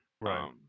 right